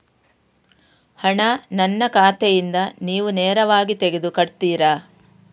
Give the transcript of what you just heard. ಹಣ ನನ್ನ ಖಾತೆಯಿಂದ ನೀವು ನೇರವಾಗಿ ತೆಗೆದು ಕಟ್ಟುತ್ತೀರ?